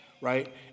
right